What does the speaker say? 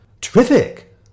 terrific